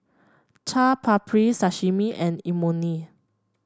Chaat Papri Sashimi and Imoni